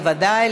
בוודאי,